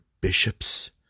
bishops